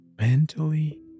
mentally